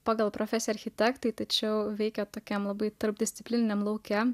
pagal profesiją architektai tačiau veikė tokiam labai tarpdisciplininiam lauke